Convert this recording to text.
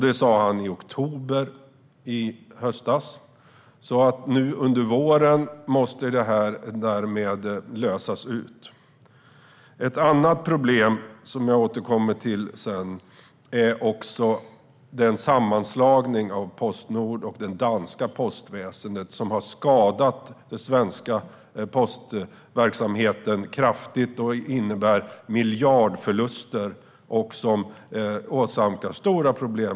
Det sa han i höstas, i oktober, så under våren måste det därmed lösas. Ett annat problem, som jag återkommer till, är den sammanslagning av Postnord och det danska postväsendet som har skadat den svenska postverksamheten kraftigt och som innebär miljardförluster och orsakar stora problem.